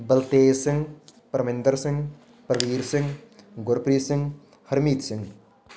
Baltej Singh Parminder Singh Balvir Singh Gurpreet Singh Harmeet Singh